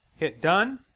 hit done.